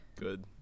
Good